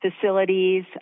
facilities